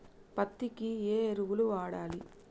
పత్తి కి ఏ ఎరువులు వాడాలి?